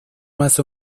más